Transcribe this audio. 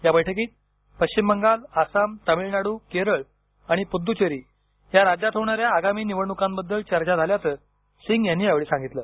या बैठकीत पश्चिम बंगाल आसाम तामिळनाडू केरळ आणि पुददूचेरी या राज्यात होणाऱ्या आगामी निवडणुकांबद्दल चर्चा झाल्याचं सिंग यांनी यावेळी सांगितलं